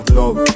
love